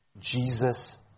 Jesus